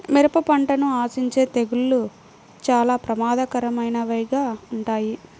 మిరప పంటను ఆశించే తెగుళ్ళు చాలా ప్రమాదకరమైనవిగా ఉంటాయి